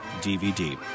DVD